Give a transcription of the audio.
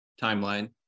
timeline